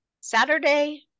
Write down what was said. Saturday